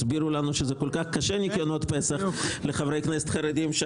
הסבירו לנו שלחברי הכנסת החרדים כל כך קשה